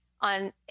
on